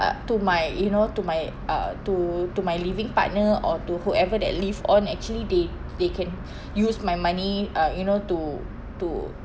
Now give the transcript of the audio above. uh to my you know to my uh to to my living partner or to whoever that live on actually they they can use my money uh you know to to